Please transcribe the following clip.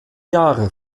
jahre